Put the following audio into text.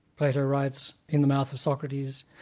plato writes, in the mouth of socrates,